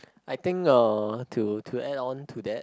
I think uh to to add on to that